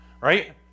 right